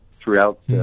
throughout